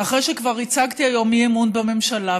אחרי שכבר הצגתי היום אי-אמון בממשלה.